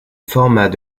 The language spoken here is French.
format